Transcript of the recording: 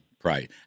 price